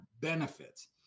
benefits